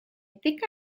think